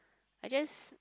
I just